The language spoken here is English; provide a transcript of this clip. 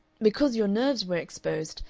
because your nerves were exposed,